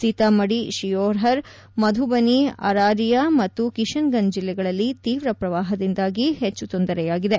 ಸೀತಾಮಡಿ ಶಿಯೋಹರ್ ಮಧುಬನಿ ಅರಾರಿಯಾ ಮತ್ತು ಕಿಶನ್ಗಂಜ್ ಜಿಲ್ಲೆಗಳಲ್ಲಿ ತೀವ್ರ ಶ್ರವಾಹದಿಂದಾಗಿ ಹೆಚ್ಚು ತೊಂದರೆಯಾಗಿದೆ